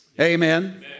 Amen